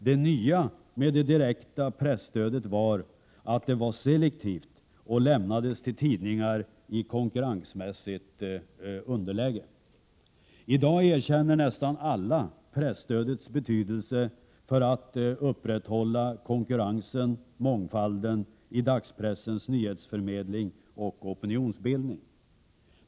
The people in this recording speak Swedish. Det nya med det direkta presstödet var att det var selektivt och lämnades till tidningar i konkurrensmässigt underläge. I dag erkänner nästan alla presstödets betydelse för att upprätthålla konkurrensen och mångfalden i dagspressens nyhetsförmedling och opinionsbildning.